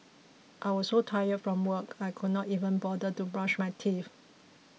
I was so tired from work I could not even bother to brush my teeth